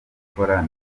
gukora